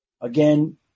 Again